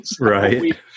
right